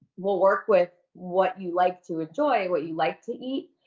we'll work with what you like to enjoy, what you like to eat,